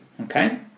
Okay